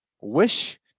wish